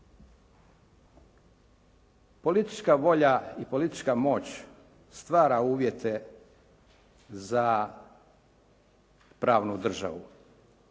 politička volja i politička moć stvara uvjete za pravnu državu.